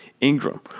Ingram